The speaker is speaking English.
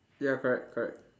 ya correct correct